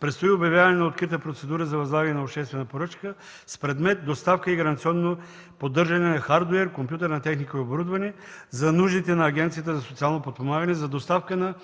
предстои обявяване на открита процедура за възлагане на обществена поръчка с предмет доставка и гаранционно поддържане на хардуер, компютърна техника и оборудване за нуждите на Агенцията за социално подпомагане за доставка на